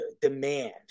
demand